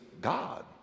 God